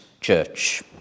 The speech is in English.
church